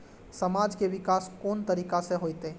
समाज के विकास कोन तरीका से होते?